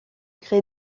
créer